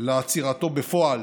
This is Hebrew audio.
לעצירתו בפועל